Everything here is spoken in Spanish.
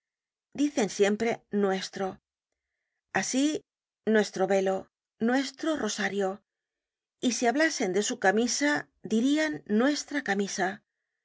dicen siempre nuestro asi nuestro velo nuestro rosario y si hablasen de su camisa dirian nuestra camisa